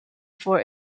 for